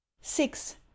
six